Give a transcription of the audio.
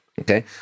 Okay